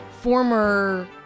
former